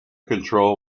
control